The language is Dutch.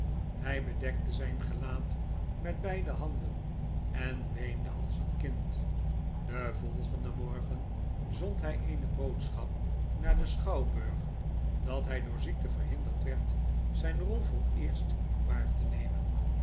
hij bedekte zijn gelaat met beide handen en weende als een kind den volgenden morgen zond hij eene boodschap naar den schouwburg dat hij door ziekte verhinderd werd zijne rol vooreerst waar te nemen